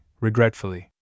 regretfully